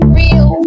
real